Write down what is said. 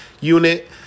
unit